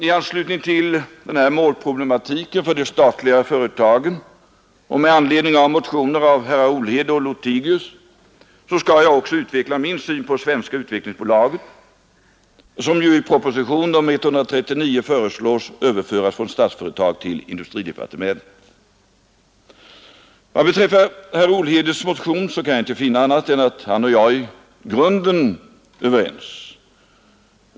I anslutning till målproblematiken för de statliga företagen och med anledning av motioner av herrar Olhede och Lothigius m.fl. skall jag också utveckla min syn på Svenska utvecklingsaktiebolaget, som i propositionen 139 föreslås överföras från Statsföretag till industridepartementet. Vad beträffar herr Olhedes motion kan jag inte finna annat än att han och jag i grunden är överens.